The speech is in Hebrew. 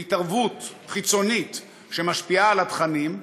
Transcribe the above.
ויש התערבות חיצונית שמשפיעה על התכנים,